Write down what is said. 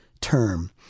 term